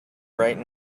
right